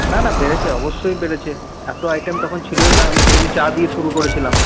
না না বেড়েছে অবশ্যই বেড়েছে এত আইটেম তখন ছিলোই না আমি শুধু চা দিয়ে শুরু করেছিলাম